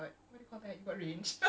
ya right right right